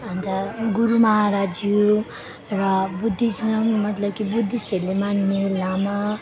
अन्त गुरु महाराजज्यू र बुद्धिज्म मतलब कि बुद्धिस्टहरूले मान्ने लामा